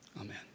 Amen